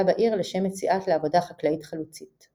בעיר לשם יציאה לעבודה חקלאית חלוצית".